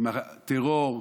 עם טרור.